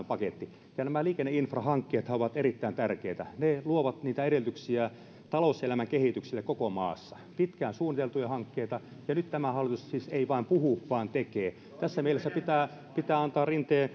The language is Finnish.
paketti nämä liikenneinfrahankkeethan ovat erittäin tärkeitä ne luovat niitä edellytyksiä talouselämän kehitykselle koko maassa pitkään suunniteltuja hankkeita ja nyt tämä hallitus siis ei vain puhu vaan tekee tässä mielessä pitää pitää antaa